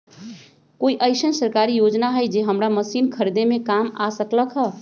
कोइ अईसन सरकारी योजना हई जे हमरा मशीन खरीदे में काम आ सकलक ह?